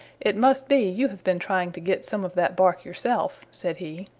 it must be you have been trying to get some of that bark yourself, said he.